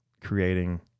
creating